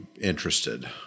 interested